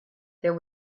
there